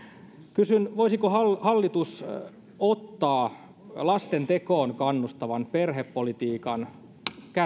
kysyn voisiko hallitus ottaa lastentekoon kannustavan perhepolitiikan